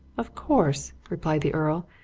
of course! replied the earl.